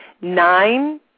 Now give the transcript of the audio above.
Nine